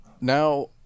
now